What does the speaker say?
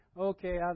okay